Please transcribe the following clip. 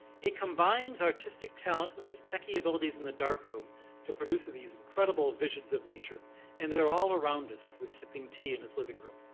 he combines artistic talent with his techie abilities in the dark room to produce these incredible visions of nature and they were all around us as we were sipping tea in his living room.